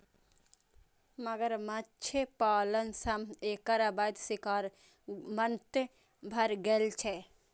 मगरमच्छ पालन सं एकर अवैध शिकार बन्न भए गेल छै